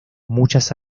muchas